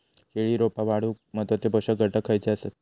केळी रोपा वाढूक महत्वाचे पोषक घटक खयचे आसत?